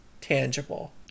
tangible